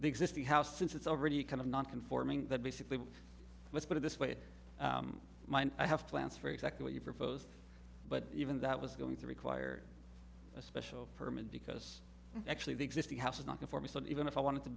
the existing house since it's already kind of non conforming that basically let's put it this way i have plans for exactly what you propose but even that was going to require a special permit because actually the existing house is not good for me so even if i wanted to